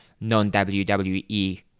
non-WWE